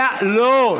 לא,